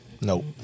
Nope